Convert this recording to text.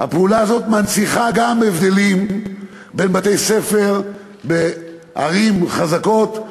גם הפעולה הזאת מנציחה הבדלים בין בתי-ספר בערים חזקות,